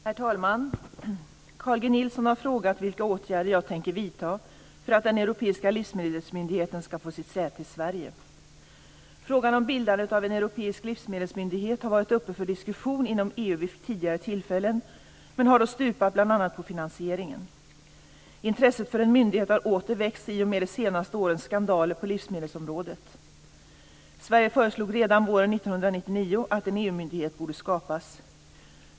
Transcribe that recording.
Herr talman! Carl G Nilsson har frågat vilka åtgärder jag tänker vidta för att den Europeiska livsmedelsmyndigheten ska få sitt säte i Sverige. Frågan om bildandet av en europeisk livsmedelsmyndighet har varit uppe för diskussion inom EU vid tidigare tillfällen men har då stupat bl.a. på finansieringen. Intresset för en myndighet har åter väckts i och med de senaste årens skandaler på livsmedelsområdet. Sverige föreslog redan våren 1999 att en EU myndighet borde skapas.